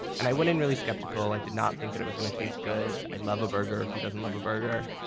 and i went in really skeptical. i did not think that it was going to taste good. i love a burger. who doesn't love a burger?